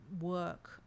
work